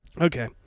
Okay